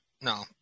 No